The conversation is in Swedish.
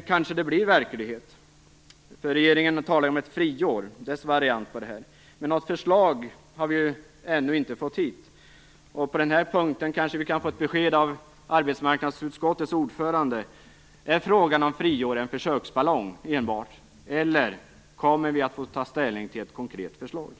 kanske det blir verklighet. Regeringen talar ju om ett friår, dess variant av detta. Men något förslag har vi ännu inte fått hit. På den här punkten kanske vi kan få ett besked av arbetsmarknadsutskottets ordförande: Är frågan om friår enbart en försöksballong, eller kommer vi att få ta ställning till ett konkret förslag?